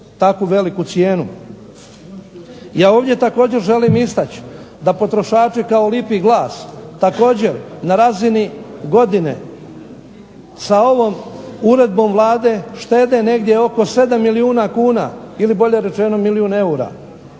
tako veliku cijenu. Ja ovdje također želim istaći da potrošači kao lipi glas također na razini godine sa ovom uredbom Vlade štede negdje oko 7 milijuna kuna, ili bolje rečeno milijun eura,